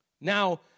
Now